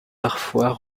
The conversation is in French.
parfois